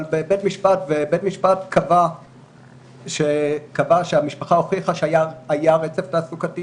אבל בית המשפט קבע שהמשפחה הוכיחה שהיה רצף תעסוקתי